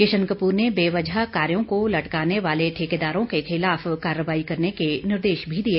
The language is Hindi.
किशन कपूर ने बेवजह कार्यो को लटकाने वालों ठेकेदारों के खिलाफ कार्यवाही करने के निर्देश भी दिए